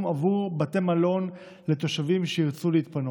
בעבור בתי מלון לתושבים שירצו להתפנות.